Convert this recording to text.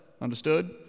Understood